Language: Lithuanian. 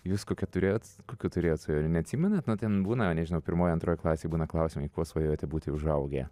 jūs kokią turėjot kokių turėjot svajonių neatsimenat nu ten būna nežinau pirmoje antroje klasėje būna klausimai kuo svajojote būti užaugę